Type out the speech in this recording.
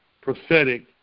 prophetic